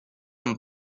amb